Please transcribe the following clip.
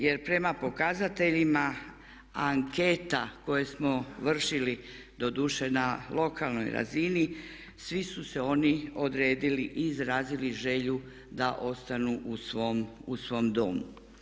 Jer prema pokazateljima anketa koje smo vršili doduše na lokalnoj razini svi su se oni odredili i izrazili želju da ostanu u svom domu.